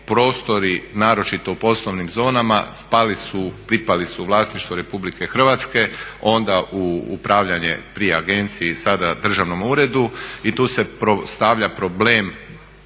prostori naročito u poslovnim zonama spali su, pripali su u vlasništvo RH onda u upravljanje pri agenciji sada državnom uredu i tu se stavlja problem